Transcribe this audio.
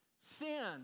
sin